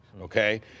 okay